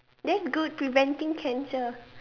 that's good preventing cancer